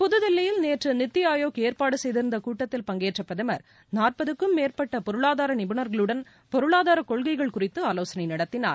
புதுதில்லியில் நேற்று நித்தி ஆயோக் ஏற்பாடு செய்திருந்த கூட்டத்தில் பங்கேற்ற பிரதமர் நாற்பதுக்கும் மேற்பட்ட பொருளாதார நிபுணர்களுடன் பொருளாதார கொள்கைகள் குறித்து ஆலோசனை நடத்தினார்